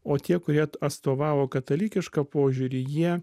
o tie kurie atstovavo katalikišką požiūrį jie